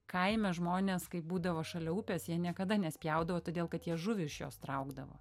kaime žmonės kai būdavo šalia upės jie niekada nespjaudavo todėl kad jie žuvį iš jos traukdavo